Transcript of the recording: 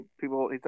people